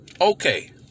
Okay